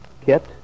Kit